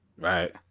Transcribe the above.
Right